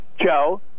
Joe